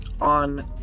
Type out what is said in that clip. on